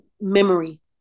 memory